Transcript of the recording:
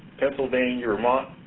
pennsylvania, vermont,